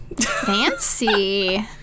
Fancy